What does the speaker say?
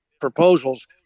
proposals